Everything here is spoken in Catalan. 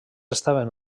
estaven